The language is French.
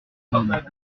mêmes